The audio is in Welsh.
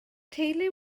teulu